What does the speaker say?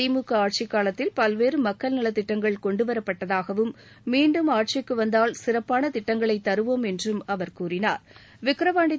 திமுக ஆட்சிக்காலத்தில் பல்வேறு மக்கள் நலத்திட்டங்கள் கொண்டு வரப்பட்டதாகவும் மீண்டும் ஆட்சிக்கு வந்தால் சிறப்பான திட்டங்களை தருவோம் என்றும் அவர் கூறினார் விக்கிரவாண்டி